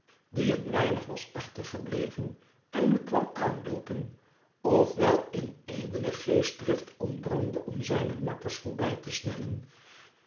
die een weinig was achtergebleven en nu kwam aanloopen of wel in edele geestdrift ontbrandde om zijne makkers voorbij te snellen